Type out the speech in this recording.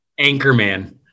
Anchorman